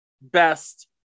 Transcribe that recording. best